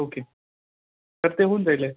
okay तर ते होऊन जाईले